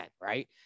Right